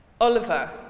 Oliver